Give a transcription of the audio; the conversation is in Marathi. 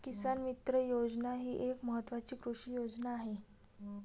किसान मित्र योजना ही एक महत्वाची कृषी योजना आहे